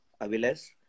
Aviles